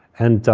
and,